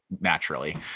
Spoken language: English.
naturally